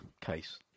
case